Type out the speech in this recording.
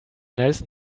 nelson